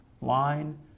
line